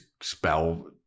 spell